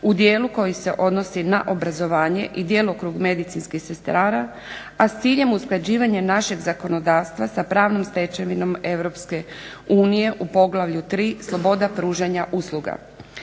u dijelu koji se odnosi na obrazovanje i djelokrug medicinskih sestara, a s ciljem usklađivanja našeg zakonodavstva sa pravnom stečevinom EU u Poglavlju 3. – Sloboda pružanja usluga.